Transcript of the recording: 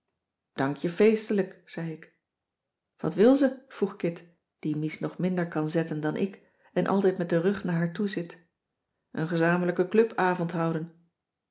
dank je feestelijk zei ik wat wil ze vroeg kit die mies nog minder kan zetten dan ik en altijd met den rug naar haar toezit een gezamenlijken clubavond houden